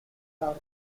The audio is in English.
are